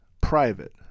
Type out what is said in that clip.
private